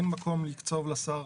אין מקום לקצוב לשר